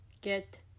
get